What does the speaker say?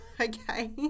Okay